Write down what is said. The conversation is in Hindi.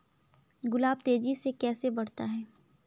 गुलाब तेजी से कैसे बढ़ता है?